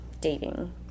dating